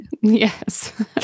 Yes